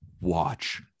Watch